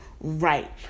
right